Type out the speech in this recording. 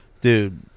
dude